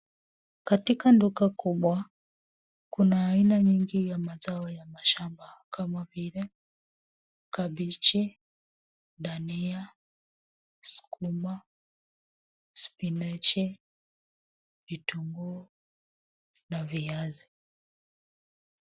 Katika duka kubwa, kuna aina nyingi ya mazao ya mashamba kama vile kabichi, dania, sukuma, spinachi, vitunguu na viazi.